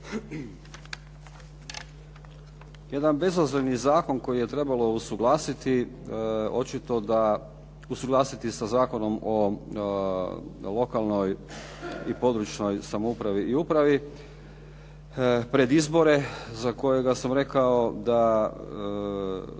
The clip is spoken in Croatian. Jedan bezazleni zakon koji je trebalo usuglasiti očito da, usuglasiti sa Zakonom o lokalnoj i područnoj samoupravi i upravi pred izbore za kojega sam rekao da